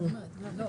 חכה.